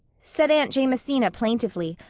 said aunt jamesina plaintively,